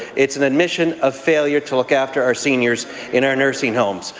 it's an admission of failure to look after our seniors in our nursing homes.